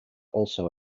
also